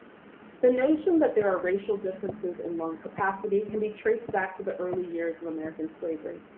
the notion that there are racial differences in lung capacity can be traced back to the early years of american slavery.